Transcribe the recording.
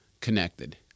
connected